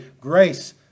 grace